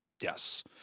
Yes